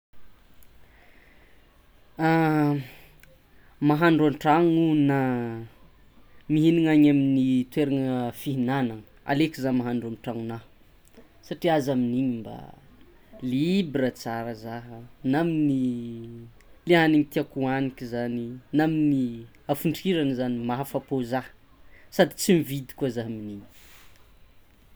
Mahandro an-tragno na mihignana any amin'ny toerana fihignana aleko zah mahandro an-tragnonah satria zah amin'igny mba libra tsara zah na amin'ny le hagniny tiako hoaniky na ny hafontrirany zany mahafapo zah sady tsy mividy koa zany.